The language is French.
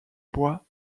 bois